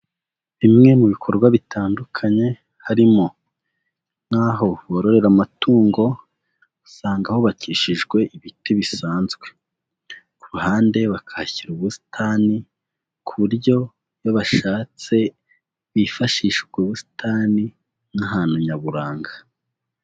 Bimwe mu bikorwa bitandukanye harimo nkaho bororera amatungo, usanga hubakishijwe ibiti bisanzwe. Ku ruhande bakashyira ubusitani, ku buryo iyo bashatse bifashishwa ubwo busitani nk'ahantu nyaburanga.